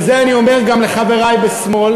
וזה אני אומר גם לחברי בשמאל,